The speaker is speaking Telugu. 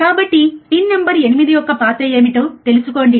కాబట్టి పిన్ నంబర్ 8 యొక్క పాత్ర ఏమిటో తెలుసుకోండి